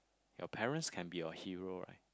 your parents can be your hero right